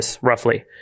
roughly